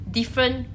different